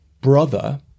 brother